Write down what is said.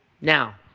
Now